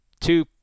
two